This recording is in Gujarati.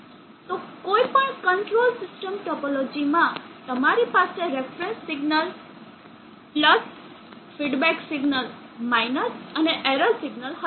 તો કોઈપણ કંટ્રોલ સિસ્ટમ ટોપોલોજી માં તમારી પાસે રેફરન્સ સિગ્નલ ફીડબેક સિગ્નલ અને એરર સિગ્નલ હશે